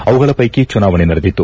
ಅವುಗಳ ಪ್ವೆಕಿ ಚುನಾವಣೆ ನಡೆದಿತ್ತು